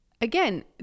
again